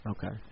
Okay